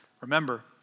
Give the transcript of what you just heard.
Remember